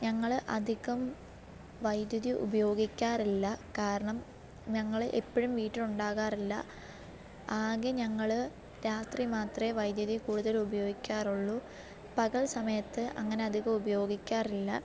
ഞങ്ങൾ അധികം വൈദ്യുതി ഉപയോഗിക്കാറില്ല കാരണം ഞങ്ങൾ എപ്പോഴും വീട്ടിലുണ്ടാകാറില്ല ആകെ ഞങ്ങൾ രാത്രി മാത്രമേ വൈദ്യുതി കുടുതൽ ഉപയോഗിക്കാറുള്ളൂ പകല് സമയത്ത് അങ്ങനെ അധികം ഉപയോഗിക്കാറില്ല